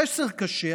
חסר קשה,